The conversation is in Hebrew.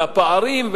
לפערים,